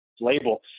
label